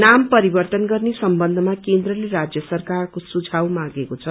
नाम परिवर्त्तन गर्ने सम्बन्धमा केन्द्रले राज्य सरकारको सुझाव मागेको छ